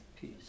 peace